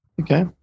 Okay